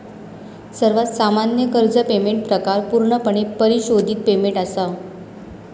सर्वात सामान्य कर्ज पेमेंट प्रकार पूर्णपणे परिशोधित पेमेंट असा